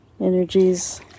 energies